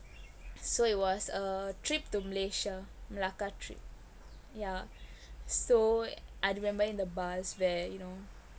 so it was a trip to malaysia malacca trip yeah so I remember in the bus where you know